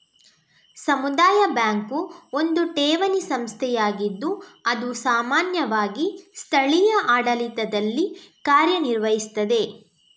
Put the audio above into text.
ಸಮುದಾಯ ಬ್ಯಾಂಕು ಒಂದು ಠೇವಣಿ ಸಂಸ್ಥೆಯಾಗಿದ್ದು ಅದು ಸಾಮಾನ್ಯವಾಗಿ ಸ್ಥಳೀಯ ಆಡಳಿತದಲ್ಲಿ ಕಾರ್ಯ ನಿರ್ವಹಿಸ್ತದೆ